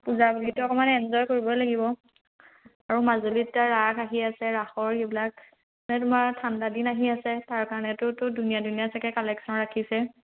পূজা বুলি অকণমান এনজয় কৰিব লাগিব আৰু মাজুলীত এতিয়া ৰাস আহি আছে ৰাসৰ যিবিলাক মানে তোমাৰ ঠাণ্ডাদিন আহি আছে তাৰ কাৰণেতোতো ধুনীয়া ধুনীয়া চাগে কালেকশ্যন ৰাখিছে